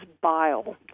bile